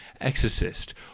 exorcist